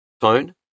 Phone